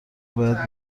باید